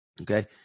okay